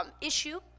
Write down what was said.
issue